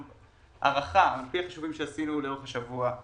הארכה, לפי החישובים שעשינו לאורך השבוע,